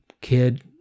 kid